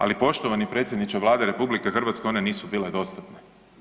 Ali poštovani predsjedniče Vlade RH one nisu bile dostatne.